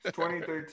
2013